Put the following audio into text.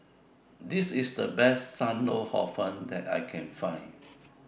This IS The Best SAM Lau Hor Fun that I Can Find